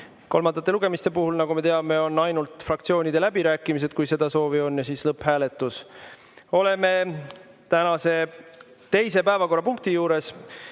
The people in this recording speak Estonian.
Kolmandate lugemiste puhul, nagu me teame, on ainult fraktsioonide läbirääkimised, kui seda soovi on, ja siis lõpphääletus. Oleme tänase teise päevakorrapunkti juures.